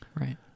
right